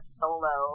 solo